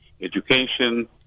education